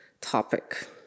topic